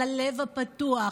על הלב הפתוח,